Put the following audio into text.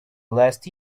last